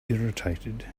irritated